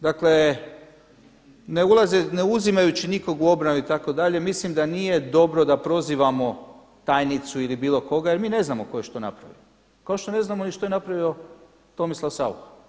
Dakle, ne uzimajući nikog u obranu itd. mislim da nije dobro da prozivamo tajnicu ili bilo koga, jer mi ne znamo tko je što napravio, kao što ni ne znamo ni što je napravio Tomislav Saucha.